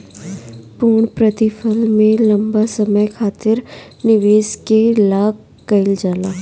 पूर्णप्रतिफल में लंबा समय खातिर निवेश के लाक कईल जाला